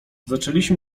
zaczęliśmy